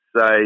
say